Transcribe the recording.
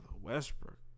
Westbrook